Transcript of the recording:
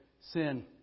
sin